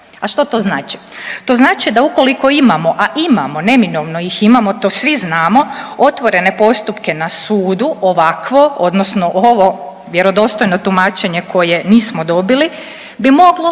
A što to znači? To znači da ukoliko imamo, neminovno ih imamo, to svi znamo, otvorene postupke na sudu, ovakvo, odnosno ovo vjerodostojno tumačenje koje nismo dobili bi moglo